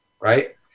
right